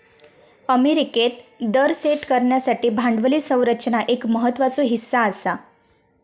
अमेरिकेत दर सेट करण्यासाठी भांडवली संरचना एक महत्त्वाचो हीस्सा आसा